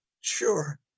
sure